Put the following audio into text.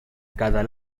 cada